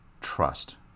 trust